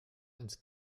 ins